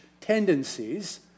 tendencies